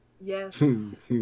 Yes